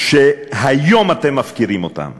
שהיום אתם מפקירים אותם?